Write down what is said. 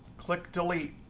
click delete.